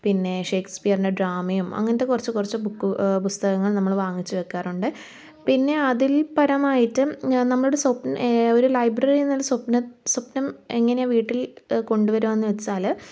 പിന്നെ ഷേക്സ്പിയറിൻ്റെ ഡ്രാമയും അങ്ങനത്തെ കുറച്ച് കുറച്ച് ബുക്കു പുസ്തകങ്ങൾ നമ്മൾ വാങ്ങിച്ചു വെക്കാറുണ്ട് പിന്നെ അതിൽ പരമായിട്ടും നമ്മളുടെ സ്വപ്നം ഒരു ലൈബ്രറിയെന്നൊരു സ്വപ്നം സ്വപ്നം എങ്ങനെ വീട്ടിൽ കൊണ്ടു വരാമെന്ന് വെച്ചാൽ